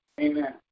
Amen